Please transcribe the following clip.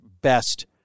best